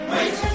Wait